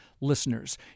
listeners